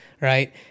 right